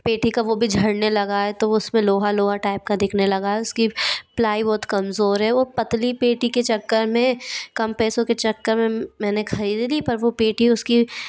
पेठी का वो भी झड़ने लगा है तो उस में लोहा लोआ टाइप का दिखने लगा है उसकी प्लाई बहुत कमज़ोर है वो पतली पेठी के चक्कर में कम पैसों के चक्कर में मैंने ख़रीद ली पर वो पेठी उसकी